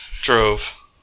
drove